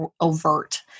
overt